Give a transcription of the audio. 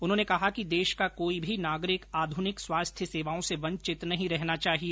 उन्होंने कहा कि देश का कोई भी नागरिक आधुनिक स्वास्थ्य सेवाओं से वंचित नहीं रहना चाहिए